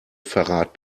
verrat